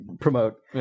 promote